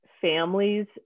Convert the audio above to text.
families